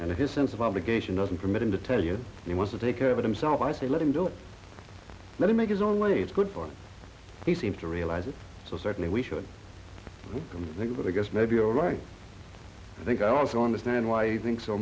and his sense of obligation doesn't permit him to tell you he wants to take care of himself i say let him do it let him make his own way it's good for he seemed to realize it so certainly we should think but i guess maybe you're right i think i also understand why i think so